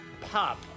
pop